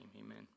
Amen